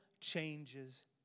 changes